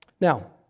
Now